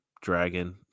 dragon